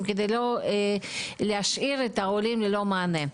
כדי לא להשאיר את העולים ללא מענה,